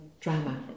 drama